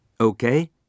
Okay